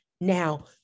Now